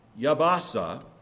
yabasa